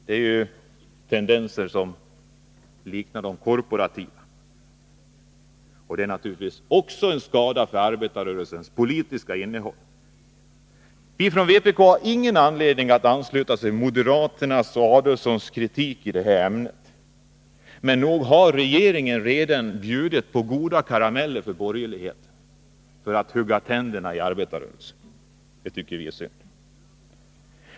Dessa tendenser har korporativa drag, och det är naturligtvis också till skada för arbetarrörelsens politiska innehåll. Vi från vpk har ingen anledning att ansluta oss till moderaternas och Ulf Adelsohns kritik härvidlag. Men nog har regeringen redan bjudit borgerligheten på goda karameller att hugga tänderna i — jag tänker på arbetarrörelsen. Det tycker vi är synd.